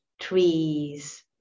trees